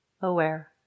aware